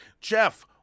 Jeff